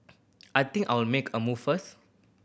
I think I'll make a move first